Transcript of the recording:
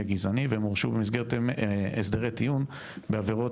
גזעני והם הורשו במסגרת הסדרי טיעון בעבירות